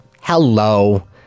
Hello